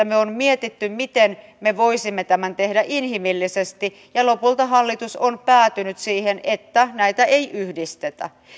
me olemme miettineet miten me voisimme tämän tehdä inhimillisesti ja lopulta hallitus on päätynyt siihen että näitä ei yhdistetä